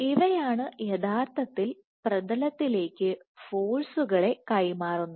ഇവയാണ് യഥാർത്ഥത്തിൽ പ്രതലത്തിലേക്ക് ഫോഴ്സുകളെ കൈമാറുന്നത്